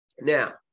now